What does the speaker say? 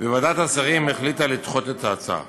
וועדת השרים החליטה לדחות את ההצעה.